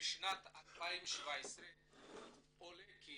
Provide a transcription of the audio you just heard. משנת 2017 עולה כי